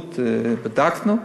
בדקנו עלות.